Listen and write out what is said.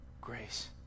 grace